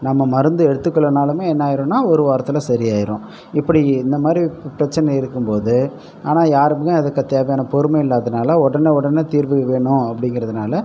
நம்ம மருந்து எடுத்துக்கலைனாலுமே என்ன ஆகிடுனா ஒரு வாரத்தில் சரி ஆகிடும் இப்படி இந்தமாதிரி பிரச்சினை இருக்கும் போது ஆனால் யாருக்குமே அதுக் தேவையான பொறுமை இல்லாததுனால உடனே உடனே தீர்வு வேணும் அப்படிங்கிறதுனால